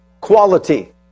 quality